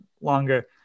longer